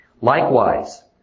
Likewise